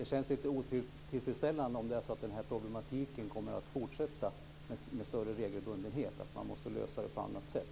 Det känns lite otillfredsställande om denna problematik skulle fortsätta med större regelbundenhet och man måste lösa det på annat sätt.